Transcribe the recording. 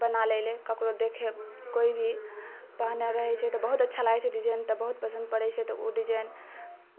बना लेलऽ ककरो देखै कोइ भी पहने रहै छै तऽ बहुत अच्छा लागै छै डिजाइन तऽ बहुत पसन्द पड़े छै तऽ ओ डिजाइन